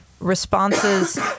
Responses